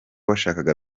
washakaga